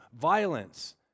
violence